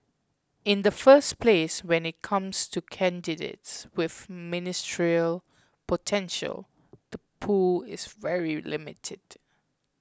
in the first place when it comes to candidates with ministerial potential the pool is very limited